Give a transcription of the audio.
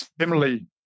Similarly